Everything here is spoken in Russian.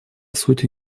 сути